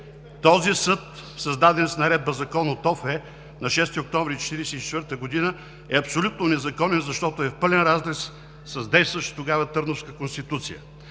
Този съд, създаден с наредба-закон от ОФ на 6 октомври 1944 г., е абсолютно незаконен, защото е в пълен разрез с действащата тогава Търновска конституция.